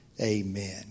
Amen